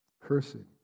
Cursing